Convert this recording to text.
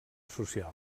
social